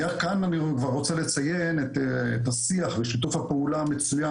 כאן אני כבר רוצה לציין את השיח ושיתוף הפעולה המצוין